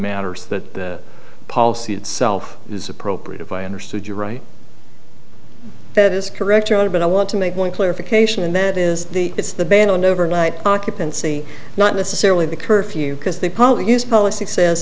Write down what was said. matters that the policy itself is appropriate if i understood you right that is correct your honor but i want to make one clarification and that is the it's the ban on overnight occupancy not necessarily the curfew because the public is policy says